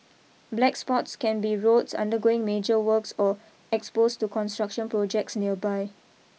black spots can be roads undergoing major works or exposed to construction projects nearby